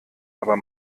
aber